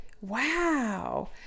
wow